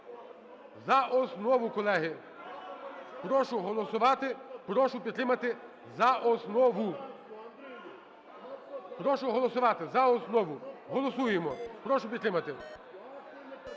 за основу, колеги. Прошу голосувати, прошу підтримати за основу. Прошу голосувати за основу. Голосуємо. Прошу підтримати.